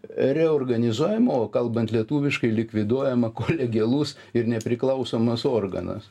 reorganizuojama o kalbant lietuviškai likviduojama kolegialus ir nepriklausomas organas